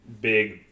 big